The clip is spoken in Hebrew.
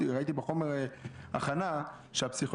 אנחנו חושבים שמה שצריך עכשיו זה להוריד את הביורוקרטיות האלה,